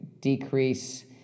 decrease